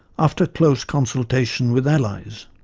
after close consultation with allies.